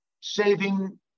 saving